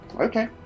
okay